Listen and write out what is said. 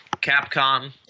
Capcom